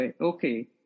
okay